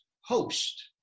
host